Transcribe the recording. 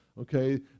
okay